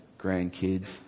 grandkids